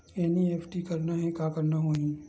NEFT करना हे का करना होही?